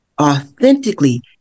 authentically